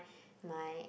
my